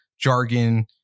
jargon